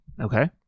Okay